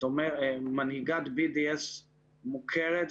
מנהיגת BDS מוכרת וידועה,